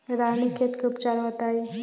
रानीखेत के उपचार बताई?